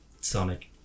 Sonic